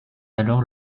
alors